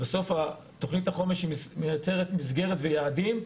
בסוף תוכנית החומש מייצרת מסגרת ויעדים,